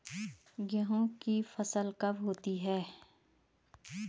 गेहूँ की फसल कब होती है?